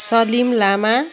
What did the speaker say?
Salim Lama